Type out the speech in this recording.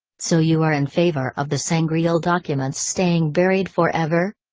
so you are in favor of the sangreal documents staying buried forever?